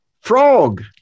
Frog